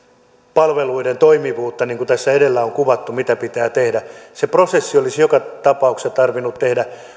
palveluiden toimivuutta niin kuin tässä edellä on kuvattu mitä pitää tehdä se prosessi olisi joka tapauksessa tarvinnut tehdä